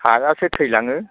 हायासो थैलाङो